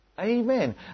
Amen